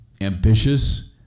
ambitious